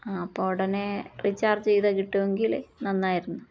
ആ അപ്പോൾ ഉടനെ റീചാർജ് ചെയ്ത് കിട്ടുമെങ്കിൽ നന്നായിരുന്നു